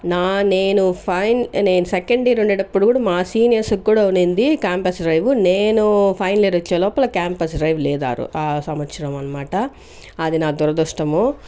నా నేను ఫైన్ నేను సెకండ్ ఇయర్ ఉండేటప్పుడు కూడా మా సీనియర్స్ కి కూడా ఉంది క్యాంపస్ డ్రైవు నేను ఫైనల్ వచ్చే లోపల క్యాంపస్ డ్రైవు లేదు ఆర్ ఆ సంవత్సరం అన్నమాట అది నా దురదృష్టము